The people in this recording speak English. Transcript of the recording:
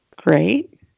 Great